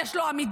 ויש לו עמידות,